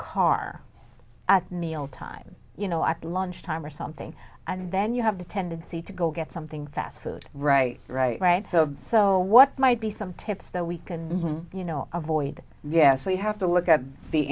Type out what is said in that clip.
car at meal time you know at lunchtime or something and then you have the tendency to go get something fast food right right right so what might be some tips that we can you know avoid yes we have to look at the